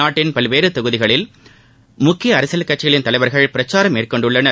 நாட்டின் பல்வேறு பகுதிகளில் முக்கிய அரசியல் கட்சிகளின் தலைவர்கள் பிரச்சாரம் மேற்கொண்டுள்ளனர்